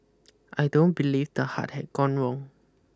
I don't believe the heart had gone wrong